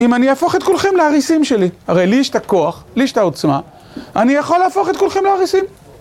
אם אני אהפוך את כולכם לאריסים שלי, הרי לי יש את הכוח, לי יש את העוצמה, אני יכול להפוך את כולכם לאריסים!